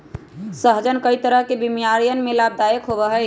सहजन कई तरह के बीमारियन में लाभदायक होबा हई